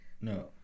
No